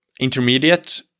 intermediate